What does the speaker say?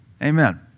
Amen